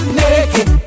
naked